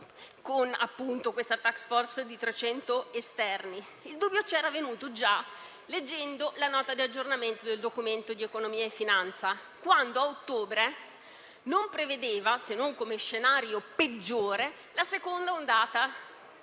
con una *task force* di trecento esterni. Il dubbio ci era venuto già leggendo la Nota di aggiornamento del Documento di economia e finanza a ottobre, quando non prevedeva, se non come scenario peggiore, la seconda ondata